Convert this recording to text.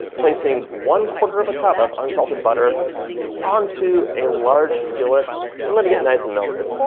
placing one quarter of a cup of unsalted butter onto a large skillet and let it get nice and melted.